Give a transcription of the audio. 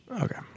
Okay